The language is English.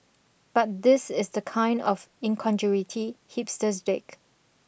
but this is the kind of incongruity hipsters dig